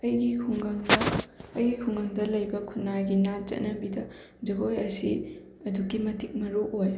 ꯑꯩꯒꯤ ꯈꯨꯡꯒꯪꯗ ꯑꯩꯒꯤ ꯈꯨꯡꯒꯪꯗ ꯂꯩꯕ ꯈꯨꯟꯅꯥꯏꯒꯤ ꯅꯥꯠ ꯆꯠꯅꯕꯤꯗ ꯖꯒꯣꯏ ꯑꯁꯤ ꯑꯗꯨꯛꯀꯤ ꯃꯇꯤꯛ ꯃꯔꯨꯑꯣꯏ